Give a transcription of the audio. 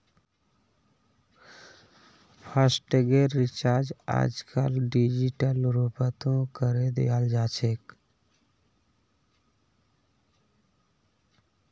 फासटैगेर recharge आजकल digital रूपतों करे दियाल जाछेक